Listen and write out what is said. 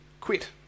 quit